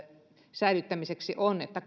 säilyttämiseksi se että